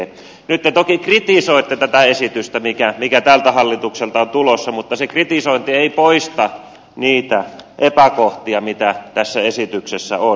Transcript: nyt te toki kritisoitte tätä esitystä mikä tältä hallitukselta on tulossa mutta se kritisointi ei poista niitä epäkohtia mitä tässä esityksessä on